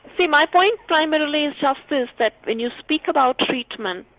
see my point primarily is just this, that when you speak about treatment,